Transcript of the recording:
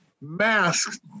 mask